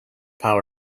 power